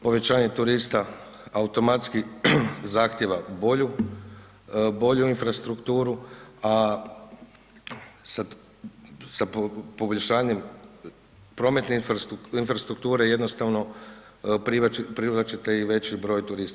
Povećanje turista automatski zahtjeva bolju infrastrukturu, a sa poboljšanjem prometne infrastrukture jednostavno privlačite i veći broj turista.